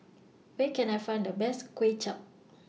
Where Can I Find The Best Kway Chap